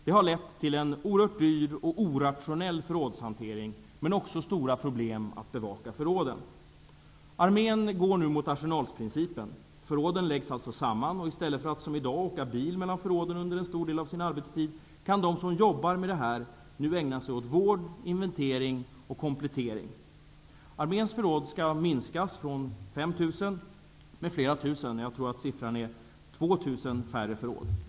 Det har lett till en oerhört dyr och orationell förrådshantering, men man har också stora problem att bevaka förråden. Armén går nu mot arsenalsprincipen. Förråden läggs alltså samman och i stället för att som i dag åka bil mellan förråden under en stor del av sin arbetstid kan de som jobbar med detta ägna sig åt vård, inventering och komplettering. Arméns förråd skall minskas från 5 000 med flera tusen -- jag tror att det blir 2 000 färre förråd.